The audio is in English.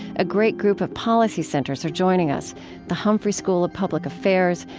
a great group of policy centers are joining us the humphrey school of public affairs,